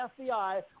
FBI